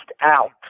out